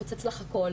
אני יפוצץ לך הכול